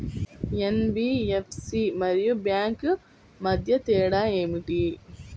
NBFC మరియు bank మధ్య తేడా ఏమిటీ?